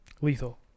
lethal